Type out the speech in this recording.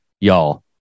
y'all